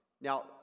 Now